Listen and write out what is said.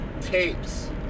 tapes